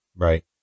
Right